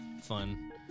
fun